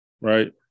Right